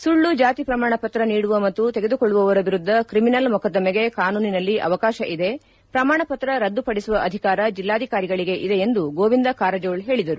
ಸುಳ್ಳು ಜಾತಿ ಪ್ರಮಾಣಪತ್ರ ನೀಡುವ ಮತ್ತು ತೆಗೆದುಕೊಳ್ಳವವರ ವಿರುದ್ದ ಕ್ರಿಮಿನಲ್ ಮೊಕದ್ದಮೆಗೆ ಕಾನೂನಿನಲ್ಲಿ ಅವಕಾಶ ಇದೆ ಪ್ರಮಾಣಪತ್ರ ರದ್ದುಪಡಿಸುವ ಅಧಿಕಾರ ಜಲ್ಲಾಧಿಕಾರಿಗಳಗೆ ಇದೆ ಎಂದು ಗೋವಿಂದ ಕಾರಜೋಳ ಹೇಳಿದರು